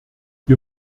wir